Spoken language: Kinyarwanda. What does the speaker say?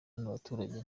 n’abaturage